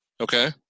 Okay